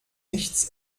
nichts